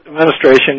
Administration